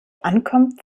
ankommt